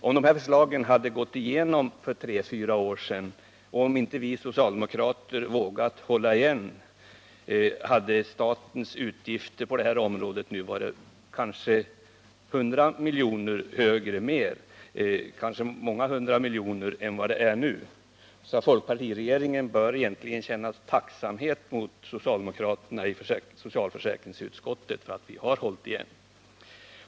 Om dessa förslag hade gått igenom för tre fyra år sedan, om inte vi socialdemokrater vågat hålla igen, hade statens utgifter på detta område kanske varit många hundra miljoner kronor större än vad de är nu. Folkpartiregeringen bör egentligen känna tacksamhet mot socialdemokraterna i socialförsäkringsutskottet för att vi har hållit igen.